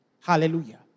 Hallelujah